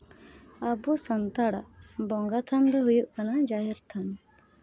ᱟᱵᱚ ᱥᱟᱱᱛᱟᱲᱟᱜ ᱵᱚᱸᱜᱟ ᱛᱷᱟᱱ ᱫᱚ ᱦᱩᱭᱩᱜ ᱠᱟᱱᱟ ᱡᱟᱦᱮᱨ ᱛᱷᱟᱱ